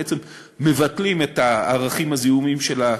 בעצם מבטלים את הערכים הזיהומיים של זה.